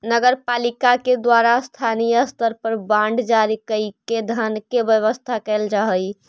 नगर पालिका के द्वारा स्थानीय स्तर पर बांड जारी कईके धन के व्यवस्था कैल जा हई